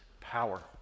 power